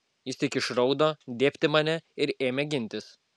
jis tik išraudo dėbt į mane ir ėmė gintis